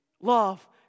love